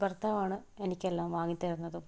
ഭർത്താവാണ് എനിക്കെല്ലാം വാങ്ങിത്തരുന്നതും